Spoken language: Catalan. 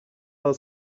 pel